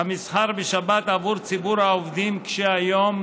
המסחר בשבת עבור ציבור העובדים קשי היום